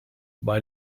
bei